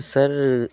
sir